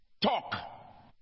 talk